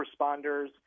responders